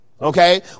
Okay